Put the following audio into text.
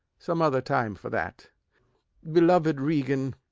some other time for that beloved regan,